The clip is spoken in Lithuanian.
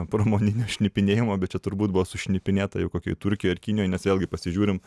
pramoninio šnipinėjimo bet čia turbūt buvo sušnipinėta jau kokioj turkijoj ar kinijoj nes vėlgi pasižiūrim